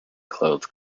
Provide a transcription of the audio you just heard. clothed